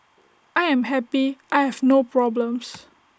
I am happy I have no problems